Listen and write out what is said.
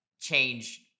change